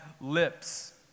lips